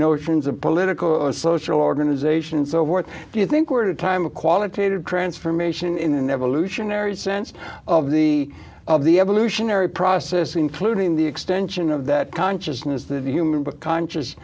notions of political and social organization and so forth do you think we're at a time a qualitative transformation in an evolutionary sense of the of the evolutionary process including the extension of that consciousness that human but conscious